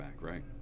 right